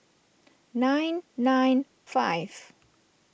nine nine five